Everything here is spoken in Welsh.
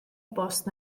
bost